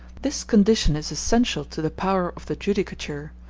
this condition is essential to the power of the judicature,